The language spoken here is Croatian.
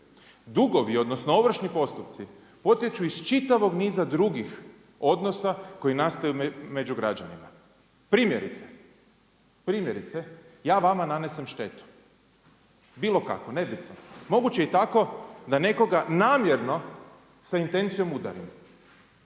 Dugovi, odnosno ovršni postupci potječu iz čitavog niza drugih odnosa koji nastaju među građanima. Primjerice, ja vama nanesem štetu, bilokakvu, nebitno. Moguće i tako da nekoga namjerno sa intencijom udarim.